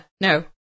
no